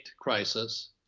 crisis